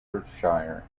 perthshire